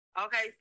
Okay